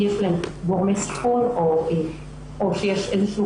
שיש להן גורמי סיכון או שיש איזשהו